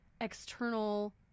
external